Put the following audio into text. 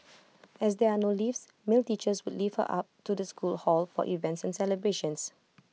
as there are no lifts male teachers would lift her up to the school hall for events and celebrations